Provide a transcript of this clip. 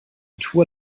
tour